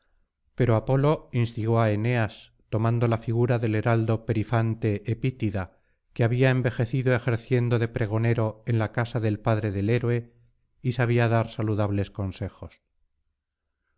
pero apolo instigó á eneas tomando la figura del heraldo perifante epítida que había envejecido ejerciendo de pregonero en la casa del padre del héroe y sabía dar saludables consejos